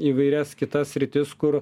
įvairias kitas sritis kur